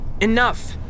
Enough